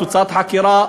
תוצאת החקירה,